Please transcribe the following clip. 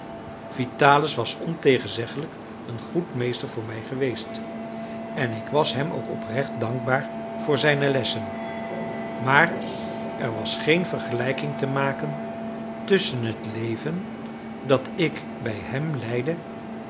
vitalis was ontegenzeglijk een goed meester voor mij geweest en ik was hem ook oprecht dankbaar voor zijne lessen maar er was geen vergelijking te maken tusschen het leven dat ik bij hem leidde